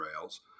Rails